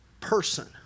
person